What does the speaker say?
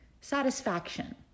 satisfaction